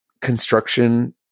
construction